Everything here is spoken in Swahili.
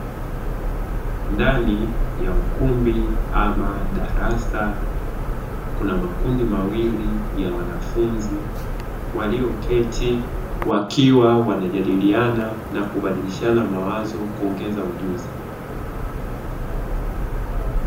Ndani ya ukumbi ama darasa, kuna makundi mawili ya wanafunzi walioketi, wakiwa wanajadiliana na kubadilishana mawazo kuongeza ujuzi.